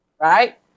Right